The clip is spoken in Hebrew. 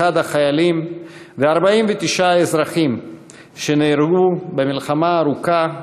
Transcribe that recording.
החיילים ו-49 האזרחים שנהרגו במלחמה ארוכה,